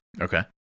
Okay